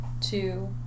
two